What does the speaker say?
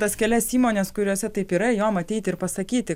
tas kelias įmones kuriose taip yra jo matyti ir pasakyti